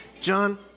John